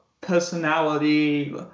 personality